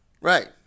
Right